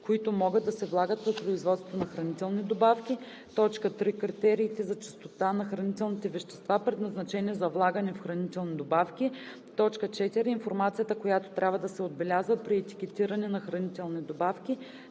които могат да се влагат при производството на хранителни добавки; 3. критериите за чистота на хранителните вещества, предназначени за влагане в хранителни добавки; 4. информацията, която трябва да се отбелязва при етикетиране на хранителни добавки;